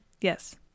Yes